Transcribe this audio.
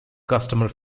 customer